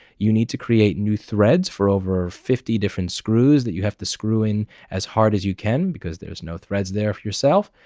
you need to create new threads for over fifty different screws that you have to screw in as hard as you can. because there's no threads there for yourself.